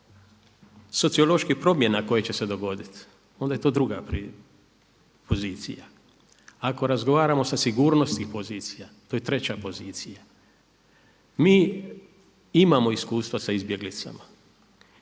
socioloških promjena koje će se dogoditi onda je to druga pozicija, ako razgovaramo sa sigurnosnih pozicija to je treća pozicija. Mi imamo iskustva sa izbjeglicama,